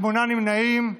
שמונה נמנעים.